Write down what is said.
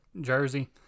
jersey